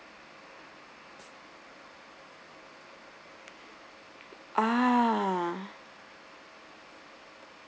ah